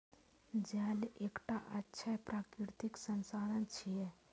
जल एकटा अक्षय प्राकृतिक संसाधन छियै